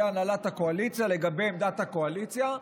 הנהלת הקואליציה לגבי עמדת הקואליציה.